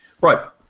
Right